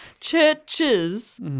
Churches